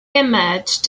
emerged